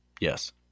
Yes